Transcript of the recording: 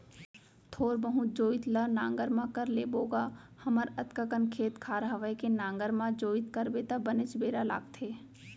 थोर बहुत जोइत ल नांगर म कर लेबो गा हमर अतका कन खेत खार हवय के नांगर म जोइत करबे त बनेच बेरा लागथे